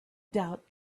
doubt